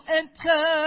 enter